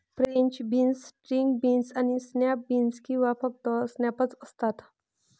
French beans, string beans आणि snap beans किंवा फक्त स्नॅप्स असतात